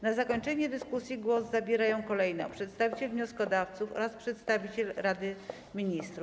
Na zakończenie dyskusji głos zabierają kolejno przedstawiciel wnioskodawców oraz przedstawiciel Rady Ministrów.